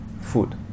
food